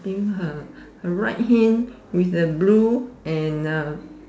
think her her right hand with the blue and uh